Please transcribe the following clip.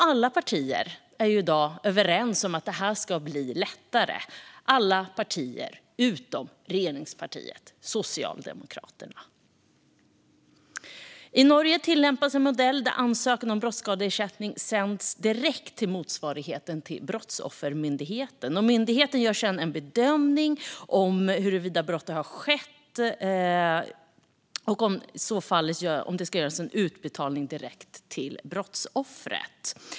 Alla partier är i dag överens om att detta ska bli lättare - alla utom regeringspartiet Socialdemokraterna. I Norge tillämpas en modell där ansökan om brottsskadeersättning sänds direkt till motsvarigheten till Brottsoffermyndigheten. Myndigheten gör sedan en bedömning av huruvida brottet har skett och om det i så fall ska göras en utbetalning direkt till brottsoffret.